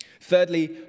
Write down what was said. Thirdly